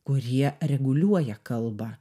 kurie reguliuoja kalbą